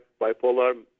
bipolar